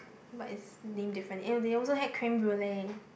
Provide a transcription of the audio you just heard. but is named differently eh they also had creme brulee